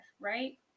right